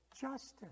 justice